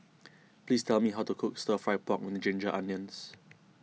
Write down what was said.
please tell me how to cook Stir Fry Pork with Ginger Onions